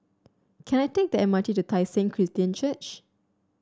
can I take the M R T to Tai Seng Christian Church